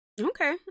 Okay